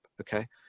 Okay